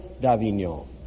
d'Avignon